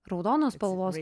raudonos spalvos